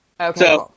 Okay